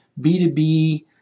B2B